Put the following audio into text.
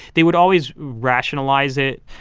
they would always rationalize it.